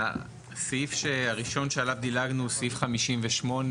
הסעיף הראשון שעליו דילגנו הוא סעיף 58 ,